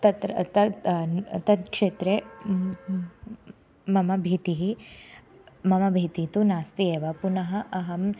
तत्र तद् तद् क्षेत्रे मम भीतिः मम भीतिः तु नास्ति एव पुनः अहं